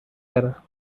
برم